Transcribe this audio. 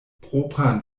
propran